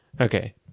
Okay